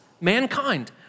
mankind